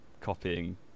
copying